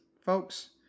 folks